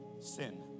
sin